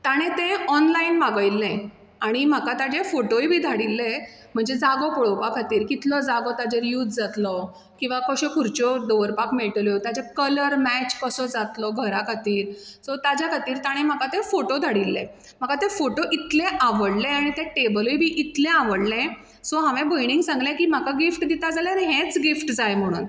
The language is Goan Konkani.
तांणी तें ऑनलायन मागयल्लें आनी म्हाका ताजे फोटोय बी धाडिल्ले म्हणजे जागो पळोवपा खातीर कितलो जागो ताचेर यूज जातलो किंवा कश्यो खुर्च्यो दवरपाक मेळटल्यो ताजे कलर मॅच कसो जातलो घरा खातीर सो ताज्या खातीर ताणें म्हाका ते फोटो धाडिल्ले म्हाका ते फोटो इतले आवडले आनी तें टेबलूय बी इतलें आवडलें सो हांवें भयणीक सांगलें की म्हाका गिफ्ट दिता जाल्यार हेंच गिफ्ट जाय म्हणून